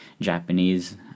Japanese